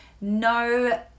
no